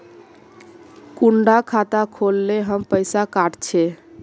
कुंडा खाता खोल ले कम पैसा काट छे?